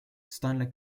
stanley